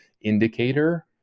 indicator